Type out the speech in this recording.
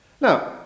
Now